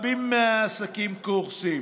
ורבים מהעסקים קורסים.